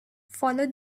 follow